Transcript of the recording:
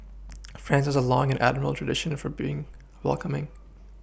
France has a long and admirable tradition of being welcoming